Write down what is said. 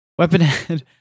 Weaponhead